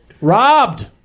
Robbed